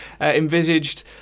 envisaged